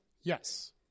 Yes